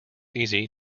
easy